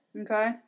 Okay